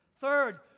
Third